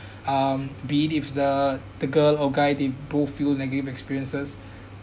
um be it if the the girl or guy they both feel negative experiences